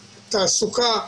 תעסוקה,